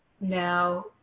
now